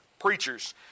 preachers